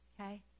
okay